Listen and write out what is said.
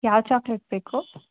ಯಾವ ಚಾಕ್ಲೆಟ್ ಬೇಕು